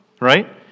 right